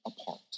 apart